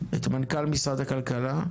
את מנכ"ל משרד הכלכלה;